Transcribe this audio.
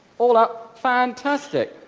all up! fantastic!